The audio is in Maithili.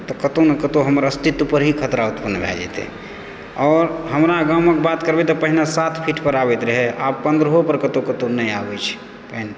तऽ कतहुँ ने कतहुँ हमर अस्तित्व पर ही खतरा उत्पन्न भए जेतै और हमरा गामक बात करबै तऽ पहिने सात फीट पर आबैत रहै आब पन्द्रहो पर कतहुँ कतहुँ नहि आबैत छै पानि